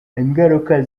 ingaruka